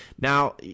Now